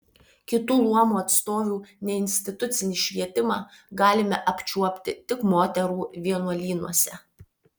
kitų luomų atstovių neinstitucinį švietimą galime apčiuopti tik moterų vienuolynuose